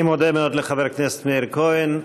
אני מודה מאוד לחבר הכנסת מאיר כהן.